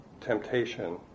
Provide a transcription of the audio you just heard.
temptation